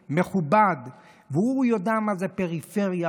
מכובד והוא יודע מה זה פריפריה,